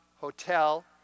Hotel